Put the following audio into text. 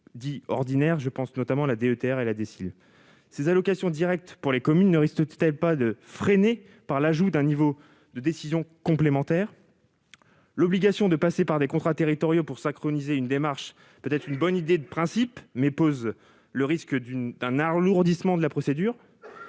des territoires ruraux (DETR) et la DSIL. Ces allocations directes pour les communes ne risquent-elles pas d'être freinées par l'ajout d'un niveau de décision complémentaire ? L'obligation de passer par des contrats territoriaux pour synchroniser une démarche peut être une bonne idée sur le principe, mais risque d'alourdir la procédure.